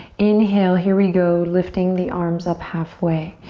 inhale, here we go, lifting the arms up halfway.